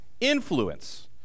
influence